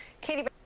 Katie